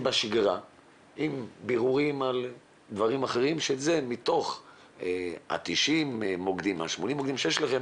בשגרה עם בירורים על דברים אחרים שזה מתוך ה-80-90 מוקדנים שיש לכם,